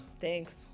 Thanks